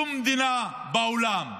שום מדינה בעולם,